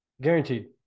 Guaranteed